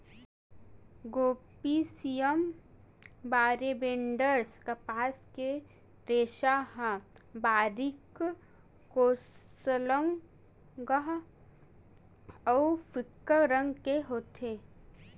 Gossypium barbadense कपास के रेसा ह बारीक, ठोसलगहा अउ फीक्का रंग के होथे